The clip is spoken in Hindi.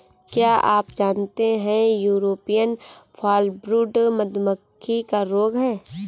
क्या आप जानते है यूरोपियन फॉलब्रूड मधुमक्खी का रोग है?